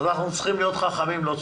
אז אנחנו צריכים להיות חכמים ולא צודקים.